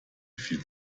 viel